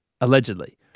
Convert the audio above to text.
allegedly